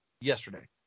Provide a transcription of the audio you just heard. yesterday